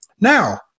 Now